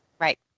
Right